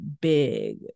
big